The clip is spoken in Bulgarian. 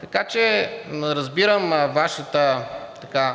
Така че разбирам Вашата мъка,